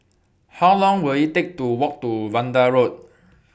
How Long Will IT Take to Walk to Vanda Road